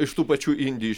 iš tų pačių indij